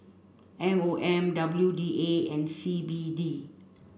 M O M W D A and C B D